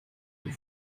nous